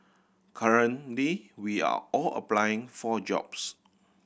currently we are all applying for jobs